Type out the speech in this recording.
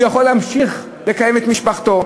הוא יכול להמשיך לקיים את משפחתו,